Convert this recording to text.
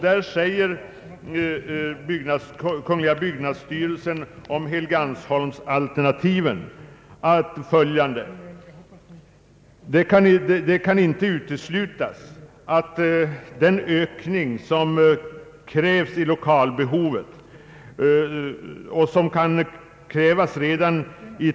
Där framhåller byggnadsstyrelsen om helgeandsholmsalternativet bl.a. följande: De stadsbildsmässiga riskerna av ett funktionellt fullgott riksdagshus på Helgeandsholmen är betydande.